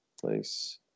place